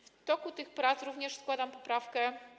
W toku tych prac również składam poprawkę.